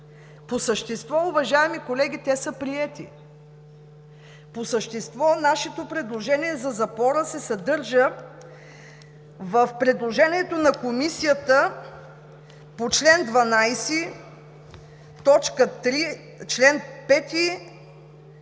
По същество, уважаеми колеги, те са приети. По същество нашето предложение за запора се съдържа в предложението на Комисията по чл. 12, т.